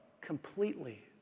completely